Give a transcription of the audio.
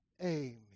Amen